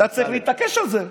אתה צריך להתעקש על זה.